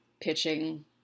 pitching